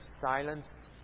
silence